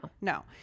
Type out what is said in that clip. No